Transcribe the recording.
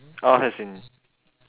as in